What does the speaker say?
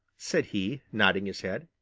said he, nodding his head.